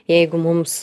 jeigu mums